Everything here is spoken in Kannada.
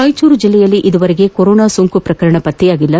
ರಾಯಚೂರು ಜಿಲ್ಲೆಯಲ್ಲಿ ಈವರೆಗೆ ಕೊರೊನಾ ಸೋಂಕು ಪ್ರಕರಣ ಪತ್ತೆಯಾಗಿಲ್ಲ